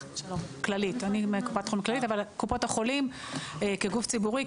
אני מקופת חולים כללית אבל קופות החולים כגוף ציבורי,